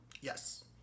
Yes